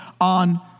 on